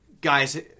Guys